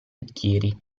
bicchieri